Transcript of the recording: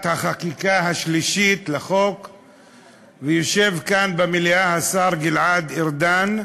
החקיקה לקריאה השלישית ויושב כאן במליאה השר גלעד ארדן,